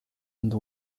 and